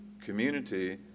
community